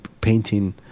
painting